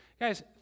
Guys